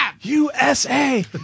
USA